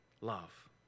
love